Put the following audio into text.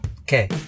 Okay